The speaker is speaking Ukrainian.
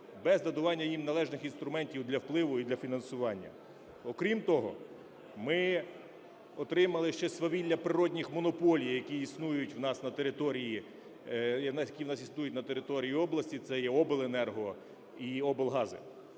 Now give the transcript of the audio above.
без надавання їм належних інструментів для впливу і для фінансування. Окрім того, ми отримали ще свавілля природних монополій, які існують в нас на території області – це є обленерго і облгази.